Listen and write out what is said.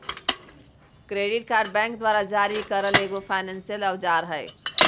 credit card bank द्वारा जारी करल एगो फायनेंसियल औजार हइ